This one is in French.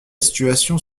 situation